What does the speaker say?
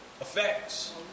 effects